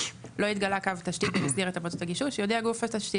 לא התגלה קו תשתית במסגרת עבודות הגישוש - יודיע גוף התשתית